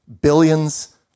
Billions